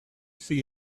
see